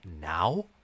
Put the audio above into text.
now